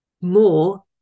more